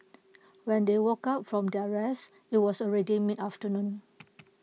when they woke up from their rest IT was already mid afternoon